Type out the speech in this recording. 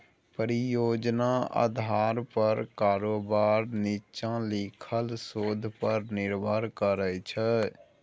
परियोजना आधार पर कारोबार नीच्चां लिखल शोध पर निर्भर करै छै